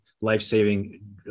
life-saving